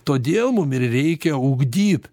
todėl mum ir reikia ugdyt